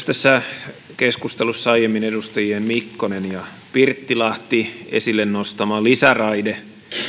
tässä keskustelussa aiemmin myös edustajien mikkonen ja pirttilahti esille nostama lisäraide